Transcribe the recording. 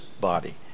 body